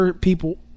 people